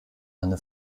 eine